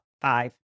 five